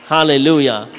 Hallelujah